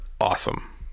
awesome